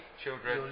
children